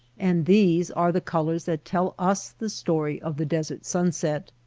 and these are the colors that tell us the story of the desert sunset.